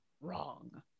wrong